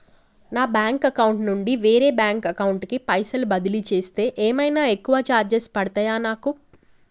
నా bank account నుండి వేరే బ్యాంక్ అకౌంట్ కి పైసల్ బదిలీ చేస్తే ఏమైనా ఎక్కువ చార్జెస్ పడ్తయా నాకు?